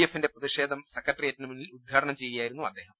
എഫിന്റെ പ്രതി ഷേധം സെക്രട്ടേറിയറ്റിന് മുന്നിൽ ഉദ്ഘാടനം ചെയ്യുകയായിരുന്നു അദ്ദേഹം